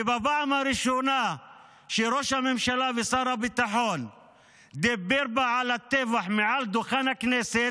ובפעם הראשונה שראש הממשלה ושר הביטחון דיבר על הטבח מעל דוכן הכנסת,